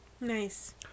Nice